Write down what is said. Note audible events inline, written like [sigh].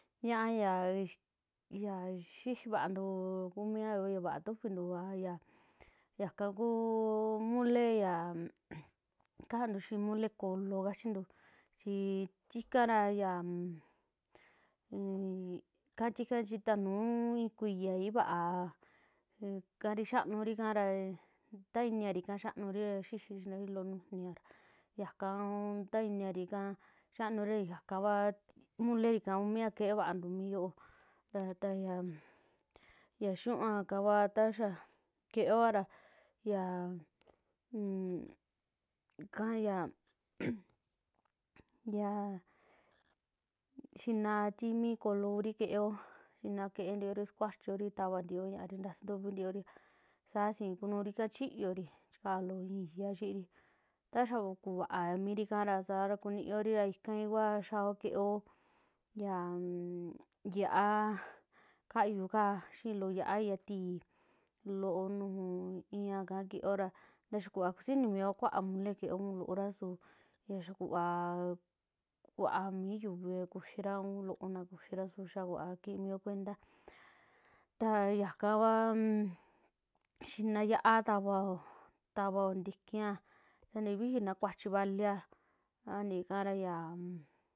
Ñaa yaa xi- yaa xixivantu kuu mia yoo ya vaa tuvintuu vaa ya yaka kuuo mole yaa [noise] kantuu xii molee kolo kachintu, chi tikara ya [hesitation] un ika tika chi nuu i'i kuiyai vaa kari xaanuri kara tainiari ka xaanuria xixiri loo nujuniaa yaka, ya iniarika xaanuri yakavaa, molerika kua kee vantu mi ñuntu yoo rata ya, yaniuaka kua ta xaa keeoa ra ya ika, ya [hesitation] [noise] ya xinaa timi kolo kuri keeo, xina kee ntiori, sukuachiori tavantio ñaari, ntasantuvi ntiori, a sa sii kunuuri ika chiori chikaao loo ixii iyaa xiiri, ta yaa kuvaa mirikara sara kuniiori ya ikai ua xaao keeo yaam [hesitation] ya'a kayuu kaa, xii loo ya'a tii, loo nuju i'i yaka kioo a taya kuva kusiji inii mio un kuaa mole kioo, un loora su xaa kuvaa kuaa mi yuvia kuxira unk loona kuxira ra su xauva kii mio cuenta ta yakakua un [hesitation] xinaa xia'a tavao, tavao ntikia ta ntii viji na kuachi valia antikara ya.